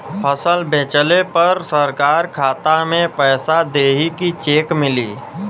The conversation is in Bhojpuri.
फसल बेंचले पर सरकार खाता में पैसा देही की चेक मिली?